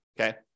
Okay